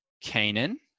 Canaan